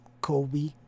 Kobe